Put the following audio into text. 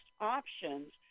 options